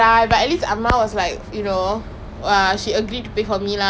oh oh you were working in some um what is it called